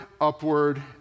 upward